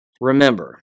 Remember